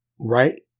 right